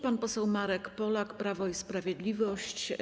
Pan poseł Marek Polak, Prawo i Sprawiedliwość.